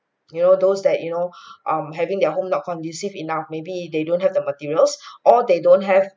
you know those that you know um having their home not conducive enough maybe they don't have the materials or they don't have